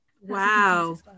Wow